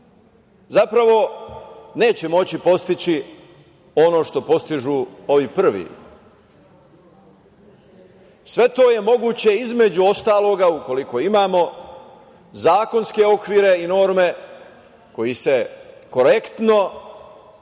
zapravo neće moći postići ono što postižu ovi prvi. Sve to je moguće, između ostalog, ukoliko imamo zakonske okvire i norme koji se korektno